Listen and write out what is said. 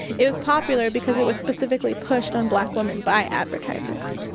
it was popular because it was specifically pushed on black women by advertisers